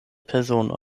personoj